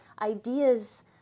ideas